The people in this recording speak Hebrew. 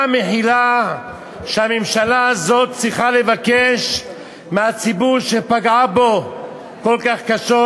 מה המחילה שהממשלה הזאת צריכה לבקש מהציבור שהיא פגעה בו כל כך קשה,